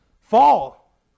fall